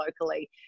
locally